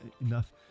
enough